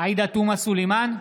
עאידה תומא סלימאן,